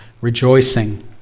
rejoicing